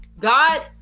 god